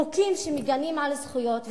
חוקים שמגינים על זכויות,